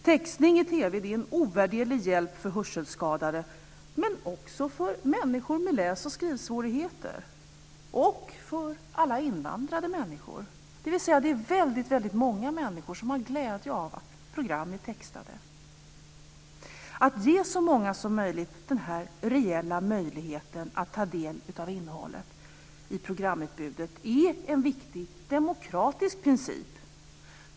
Textning i TV är en ovärderlig hjälp för hörselskadade, men också för människor med läsoch skrivsvårigheter och för alla invandrade människor. Det är alltså väldigt många människor som har glädje av att program är textade. Att ge så många som möjligt reell möjlighet att ta del av innehållet i programutbudet är en viktig demokratisk princip.